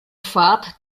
fahrt